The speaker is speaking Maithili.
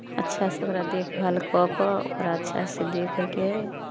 अच्छासँ ओकरा देखभाल कऽ कऽ ओकरा अच्छासँ देखयके हइ